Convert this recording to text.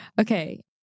okay